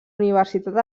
universitat